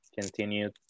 continue